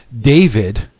David